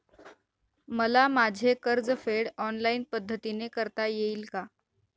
मला माझे कर्जफेड ऑनलाइन पद्धतीने करता येईल का?